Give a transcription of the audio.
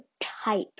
type